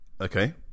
Okay